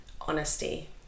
honesty